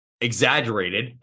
exaggerated